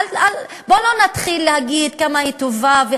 בוא לא נתחיל להגיד כמה היא טובה.